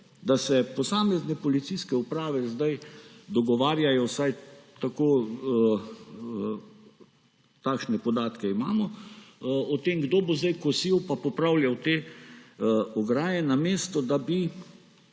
da se posamezne policijske uprave zdaj dogovarjajo, vsaj takšne podatke imamo, o tem, kdo bo zdaj kosil pa popravljal te ograje, namesto da bi